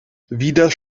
wieder